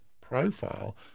profile